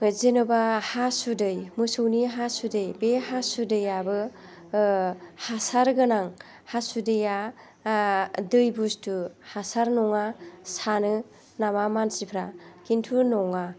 जेन'बा हासुदै मोसौनि हासुदै बे हासुदैयाबो हासारगोनां हासुदैया दै बुस्थु हासार नङा सानो नामा मानसिफ्रा खिन्थु नङा